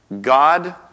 God